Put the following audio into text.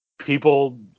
people